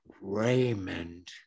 Raymond